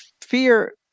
fear